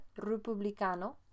republicano